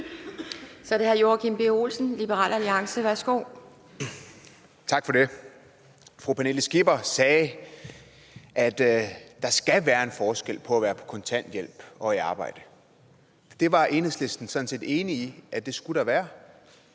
Kl. 14:29 Joachim B. Olsen (LA): Tak for det. Fru Pernille Skipper sagde, at der skal være en forskel på at være på kontanthjælp og i arbejde. Det var Enhedslisten sådan set enige i at der skulle være.